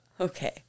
Okay